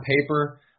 paper